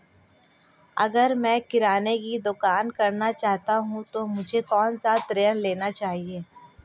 अगर मैं किराना की दुकान करना चाहता हूं तो मुझे कौनसा ऋण लेना चाहिए?